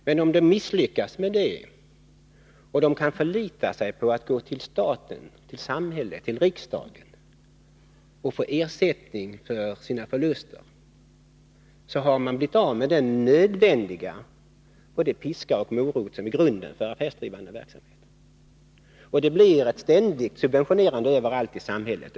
Men om man misslyckas med det och kanske förlitar sig på att kunna vända sig till samhället, dvs. riksdagen, för att få ersättning för sina förluster, har man sluppit både piskan och moroten, som är nödvändiga förutsättningar för affärsdrivande verksamhet. Det blir ett ständigt subventionerande överallt i samhället.